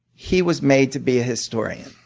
he was made to be a historian.